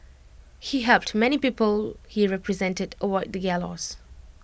he helped many people he represented avoid the gallows